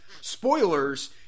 spoilers